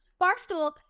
Barstool